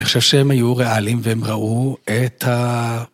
אני חושב שהם היו ריאלים והם ראו את ה...